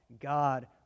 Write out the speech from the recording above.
God